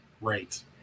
Right